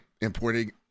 Importing